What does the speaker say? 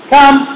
Come